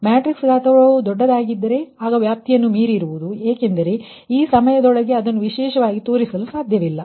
matrix ಗಾತ್ರವು ದೊಡ್ಡದಾಗಿದ್ದರೆ ಆಗ ವ್ಯಾಪ್ತಿಯನ್ನು ಮೀರಿರುವುದು ಏಕೆಂದರೆ ಈ ಸಮಯದೊಳಗೆ ಅದನ್ನು ವಿಶೇಷವಾಗಿ ತೋರಿಸಲು ಸಾಧ್ಯವಿಲ್ಲ